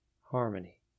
harmony